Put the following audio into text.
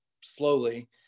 slowly